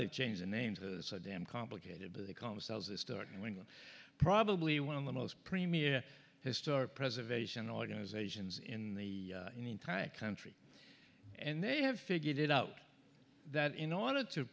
they change the names so damn complicated but the com sells a start when probably one of the most premier historic preservation organizations in the entire country and they have figured it out that in order to